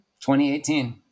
2018